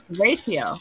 ratio